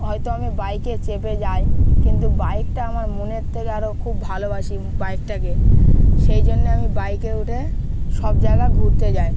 হয়তো আমি বাইকে চেপে যাই কিন্তু বাইকটা আমার মনের থেকে আরও খুব ভালোবাসি বাইকটাকে সেই জন্যে আমি বাইকে উঠে সব জায়গা ঘুরতে যাই